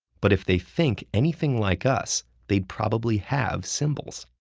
but if they think anything like us, they'd probably have symbols.